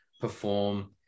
perform